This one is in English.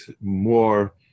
more